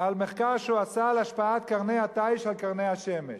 על מחקר שהוא עשה על השפעת קרני התיש על קרני השמש,